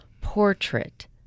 portrait